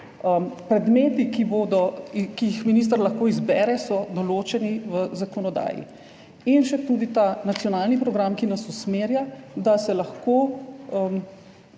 Predmeti, ki jih minister lahko izbere, so določeni v zakonodaji in še tudi ta nacionalni program, ki nas usmerja, gre v to